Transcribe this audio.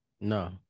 no